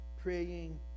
praying